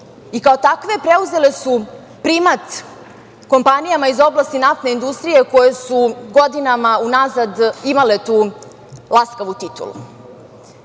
Kao takve, preuzele su primat kompanijama iz oblasti naftne industrije, koje su godinama unazad imale tu laskavu titulu.